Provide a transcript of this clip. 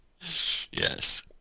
Yes